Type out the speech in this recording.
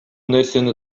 нерсени